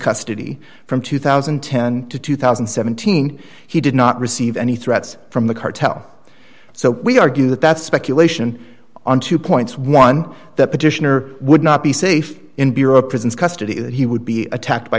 custody from two thousand and ten to two thousand and seventeen he did not receive any threats from the cartel so we argue that that's speculation on two points one that petitioner would not be safe in bureau of prisons custody that he would be attacked by